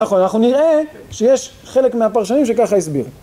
נכון, אנחנו נראה שיש חלק מהפרשנים שככה הסבירו.